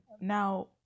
now